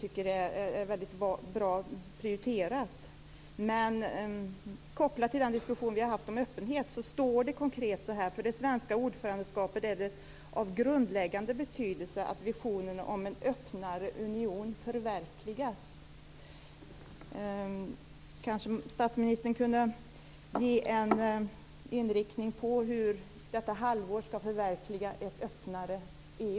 Det är bra prioriterat, och den är kopplad till den diskussion vi har haft om öppenhet. Det står konkret att för det svenska ordförandeskapet är det av grundläggande betydelse att visionen om en öppnare union förverkligas. Kanske statsministern kunde ge en inriktning på hur detta halvår ska förverkliga ett öppnare EU.